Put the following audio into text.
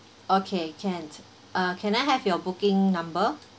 okay can uh can I have your booking number